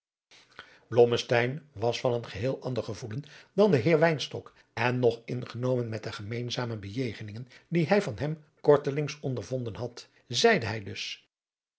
was van een geheel ander gevoelen dan de heer wynstok en nog ingenomen met de gemeenzame bejegeningen die hij van hem korteling ondervonden had zeide hij dus